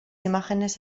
imágenes